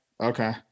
Okay